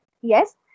yes